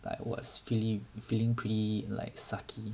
like was feeling feeling pretty like sucky